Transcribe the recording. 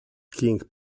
king